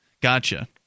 Gotcha